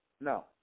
No